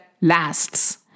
lasts